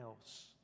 else